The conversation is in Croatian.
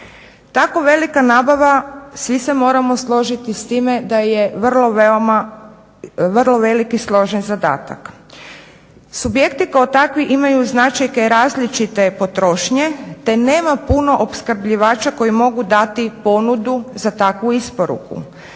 Tako velika nabava svi se moramo složiti s time da je vrlo velik i složen zadatak. Subjekti kao takvi imaju značajke različite potrošnje te nema puno opskrbljivača koji mogu dati ponudu za takvu isporuku.